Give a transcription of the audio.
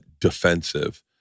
defensive